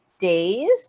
days